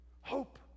Hope